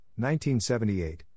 1978